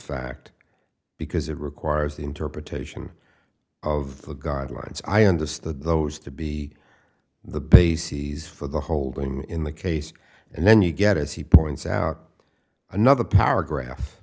fact because it requires the interpretation of the guidelines i understood those to be the bases for the holding in the case and then you get as he points out another paragraph